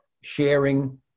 sharing